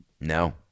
No